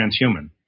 transhuman